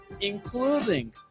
including